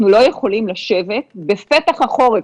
אנחנו לא יכולים לשבת בפתח החורף,